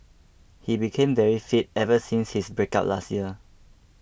he became very fit ever since his breakup last year